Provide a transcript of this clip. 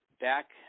back